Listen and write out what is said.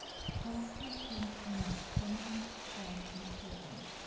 softly fenced in with crimson cloth and curtains,